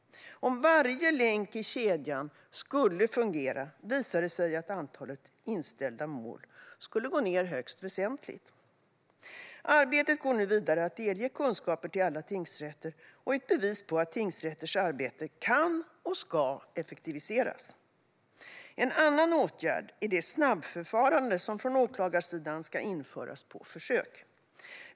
Om varje länk i kedjan skulle fungera skulle antalet inställda mål gå ned högst väsentligt. Arbetet med att delge alla tingsrätter kunskaper går nu vidare. Det är ett bevis på att tingsrätters arbete kan och ska effektiviseras. En annan åtgärd är det snabbförfarande som från åklagarsidan ska införas på försök.